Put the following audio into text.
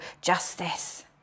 justice